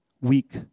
weak